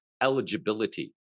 eligibility